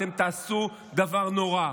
אתם תעשו דבר נורא.